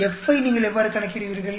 F ஐ நீங்கள் எவ்வாறு கணக்கிடுவீர்கள்